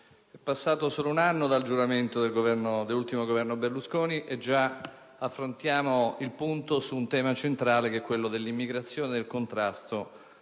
è passato solo un anno dal giuramento dell'ultimo Governo Berlusconi e già affrontiamo il punto su un tema centrale, quello dell'immigrazione e del contrasto